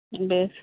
ᱵᱮᱥ